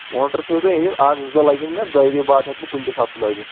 motor تھٲوِو تُہۍ أنِتھ اَکھ زٕ دۄہ لَگن مےٚ دۄیہِ دۄہہِ بعد ہیٚکہٕ بہٕ کُنہِ تہِ ساتہٕ بہٕ لٲگِتھ